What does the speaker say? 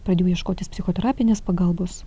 pradėjau ieškotis psichoterapinės pagalbos